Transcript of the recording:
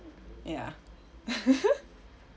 ya